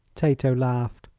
tato laughed.